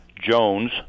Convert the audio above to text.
Jones